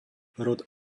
rod